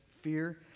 Fear